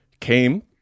came